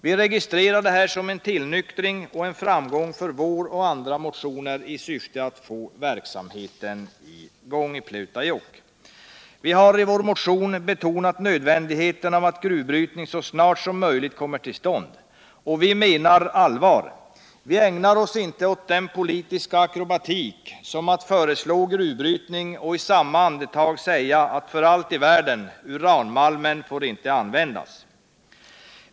Vi registrerar detta som en tillnyktring och en framgång för vår motion och andra motioner i syfte att få i gång verksamhet i Pleutajokk. Vi har i vår motion betonat nödvändigheten av att gruvbrytning så snart som möjligt kommer till stånd — och vi menar allvar. Vi ägnar oss inte åt sådan politisk akrobatik som utt föreslå gruvbrytning och i samma andetag säga att, för allt i världen, uranmalmen får inte användas.